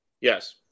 Yes